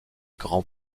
grands